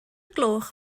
gloch